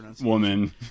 woman